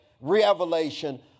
revelation